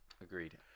Agreed